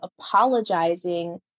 apologizing